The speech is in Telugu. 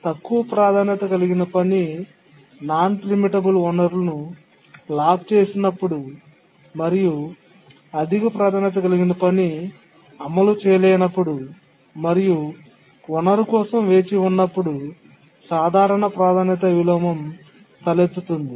తక్కువ ప్రాధాన్యత కలిగిన పని ప్రీమిటబుల్ కాని వనరును లాక్ చేసినప్పుడు మరియు అధిక ప్రాధాన్యత కలిగిన పని అమలు చేయలేనప్పుడు మరియు వనరు కోసం వేచి ఉన్నప్పుడు సాధారణ ప్రాధాన్యత విలోమం తలెత్తుతుంది